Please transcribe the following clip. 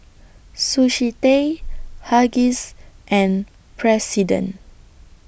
Sushi Tei Huggies and President